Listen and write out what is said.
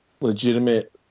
legitimate